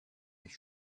mich